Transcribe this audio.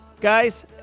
Guys